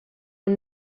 ond